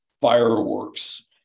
fireworks